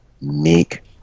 meek